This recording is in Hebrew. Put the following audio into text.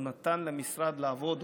הוא נתן למשרד לעבוד,